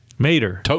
Mater